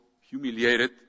humiliated